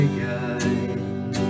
guide